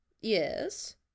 Yes